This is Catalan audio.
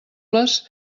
les